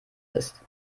ist